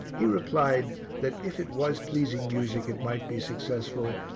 he replied that if it was pleasing music it might be successful,